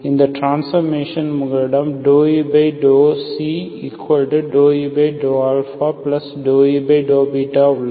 இந்த டிரான்ஸ்ஃபர்மேஷன் உங்களிடம் ∂u∂u∂α∂u∂β உள்ளது